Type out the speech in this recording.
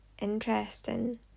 interesting